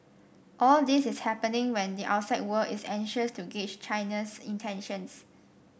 all this is happening when the outside world is anxious to gauge China's intentions